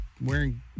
wearing